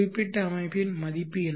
குறிப்பிட்ட அமைப்பின் மதிப்பு என்ன